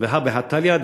והא בהא תליא.